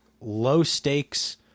low-stakes